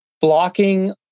blocking